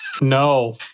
No